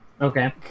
okay